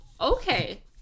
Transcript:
okay